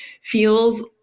feels